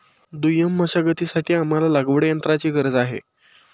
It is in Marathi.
दुय्यम मशागतीसाठी आम्हाला लागवडयंत्राची गरज आहे